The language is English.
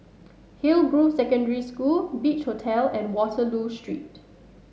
Hillgrove Secondary School Beach Hotel and Waterloo Street